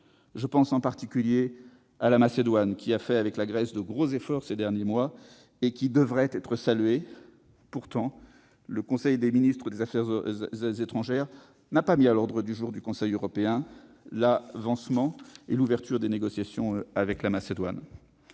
Je pense en particulier à la Macédoine, qui a fait, avec la Grèce, de gros efforts ces derniers mois ; ils devraient être salués. Pourtant, le conseil des ministres des affaires étrangères n'a pas mis à l'ordre du jour du Conseil européen l'ouverture des négociations avec la Macédoine.